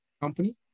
company